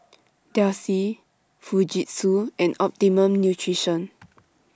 Delsey Fujitsu and Optimum Nutrition